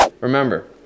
Remember